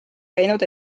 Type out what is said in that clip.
käinud